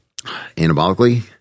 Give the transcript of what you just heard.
Anabolically